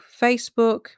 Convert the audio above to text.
Facebook